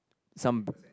some